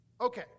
Okay